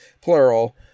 plural